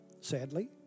sadly